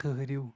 ٹھٕہرِو